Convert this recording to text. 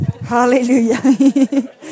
hallelujah